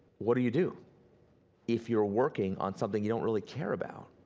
what do you do if you're working on something you don't really care about?